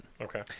Okay